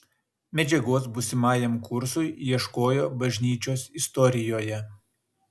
medžiagos būsimajam kursui ieškojo bažnyčios istorijoje